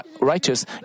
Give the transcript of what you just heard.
righteous